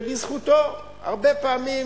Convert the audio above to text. ובזכותו הרבה פעמים,